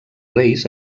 reis